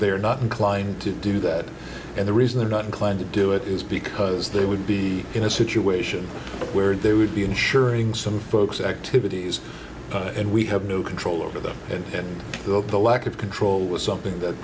they are not inclined to do that and the reason they're not inclined to do it is because they would be in a situation where they would be insuring some folks activities and we have no control over them and the lack of control was something that